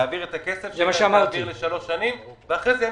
להעביר את הכסף לשלוש שנים ואחר כך יהיה